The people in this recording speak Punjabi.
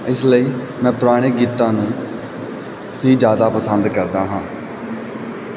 ਇਸ ਲਈ ਮੈਂ ਪੁਰਾਣੇ ਗੀਤਾਂ ਨੂੰ ਹੀ ਜਿਆਦਾ ਪਸੰਦ ਕਰਦਾ ਹਾਂ